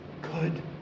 good